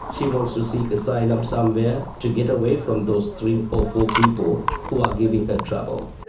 she wants to seek asylum somewhere to get away from those three or four people who are giving her trouble.